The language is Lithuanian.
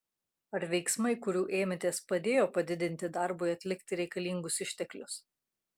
ar veiksmai kurių ėmėtės padėjo padidinti darbui atlikti reikalingus išteklius